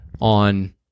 on